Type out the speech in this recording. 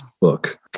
Book